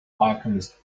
alchemist